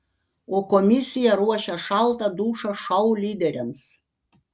o komisija ruošia šaltą dušą šou lyderiams